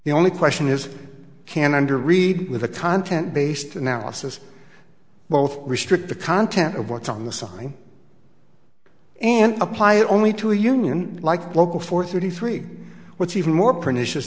the only question is can under read with a content based analysis both restrict the content of what's on the sign and apply it only to a union like a local for thirty three what's even more pernicious